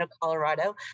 Colorado